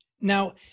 Now